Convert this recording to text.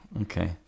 Okay